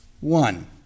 One